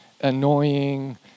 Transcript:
annoying